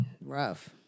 Rough